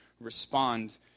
respond